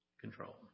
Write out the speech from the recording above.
control